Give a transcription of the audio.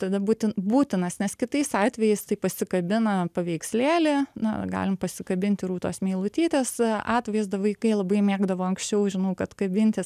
tada būti būtinas nes kitais atvejais tai pasikabina paveikslėlį na vat galim pasikabinti rūtos meilutytės atvaizdą vaikai labai mėgdavo anksčiau žinau kad kabintis